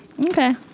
Okay